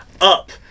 up